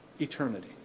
eternity